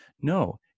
No